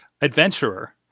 adventurer